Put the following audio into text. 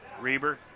Reber